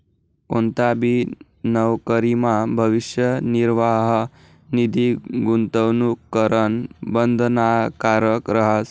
कोणताबी नवकरीमा भविष्य निर्वाह निधी गूंतवणूक करणं बंधनकारक रहास